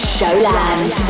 Showland